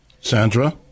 Sandra